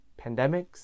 Pandemics